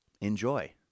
enjoy